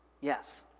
Yes